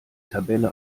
tabelle